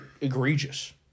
egregious